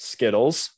Skittles